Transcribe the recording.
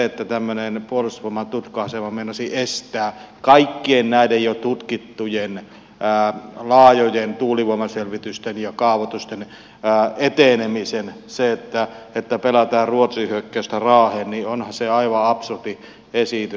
kun tämmöinen puolustusvoimain tutka asema meinasi estää kaikkien näiden jo tutkittujen laajojen tuulivoimaselvitysten ja kaavoitusten etenemisen kun pelätään ruotsin hyökkäystä raaheen niin onhan se aivan absurdi esitys